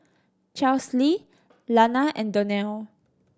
Chesley Lana and Donell